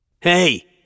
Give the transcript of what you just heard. Hey